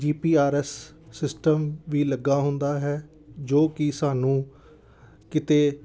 ਜੀ P R S system ਵੀ ਲੱਗਾ ਹੁੰਦਾ ਹੈ ਜੋ ਕਿ ਸਾਨੂੰ ਕਿਤੇ